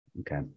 Okay